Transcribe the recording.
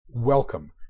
Welcome